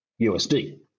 USD